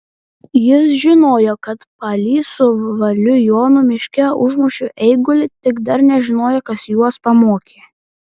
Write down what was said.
jis žinojo kad palys su valių jonu miške užmušė eigulį tik dar nežinojo kas juos pamokė